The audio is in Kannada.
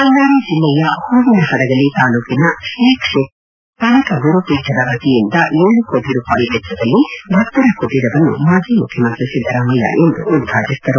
ಬಳ್ಳಾರಿ ಜಿಲ್ಲೆಯ ಹೂವಿನ ಹಡಗಲಿ ತಾಲೂಕಿನ ಶ್ರೀ ಕ್ಷೇತ್ರ ಮೈಲಾರದಲ್ಲಿ ಕನಕ ಗುರು ಪೀಠದ ವತಿಯಿಂದ ಏಳು ಕೋಟ ರೂಪಾಯಿ ವೆಚ್ಚದಲ್ಲಿ ಭಕ್ತರ ಕುಟೀರವನ್ನು ಮಾಜಿ ಮುಖ್ಯಮಂತ್ರಿ ಸಿದ್ದರಾಮಯ್ಯ ಇಂದು ಉದ್ಘಾಟಿಸಿದರು